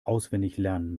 auswendiglernen